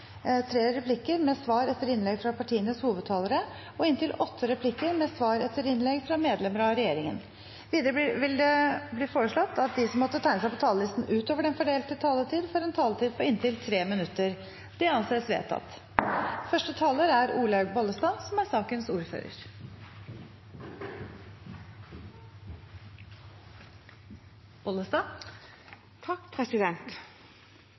tre replikker med svar etter innlegg fra partienes hovedtalere og inntil åtte replikker med svar etter innlegg fra medlemmer av regjeringen. Videre blir det foreslått at de som måtte tegne seg på talerlisten utover den fordelte taletid, får en taletid på inntil 3 minutter. – Det anses vedtatt.